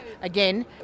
again